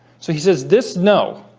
so he says this know